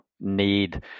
need